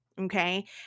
okay